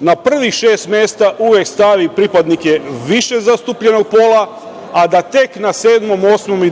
na prvih šest mesta uvek stavi pripadnike više zastupljenog pola, a da tek na sedmom, osmom,